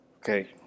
Okay